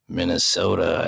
Minnesota